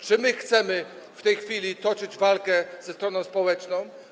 Czy my chcemy w tej chwili toczyć walkę ze stroną społeczną?